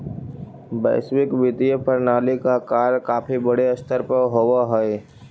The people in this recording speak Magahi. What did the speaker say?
वैश्विक वित्तीय प्रणाली का कार्य काफी बड़े स्तर पर होवअ हई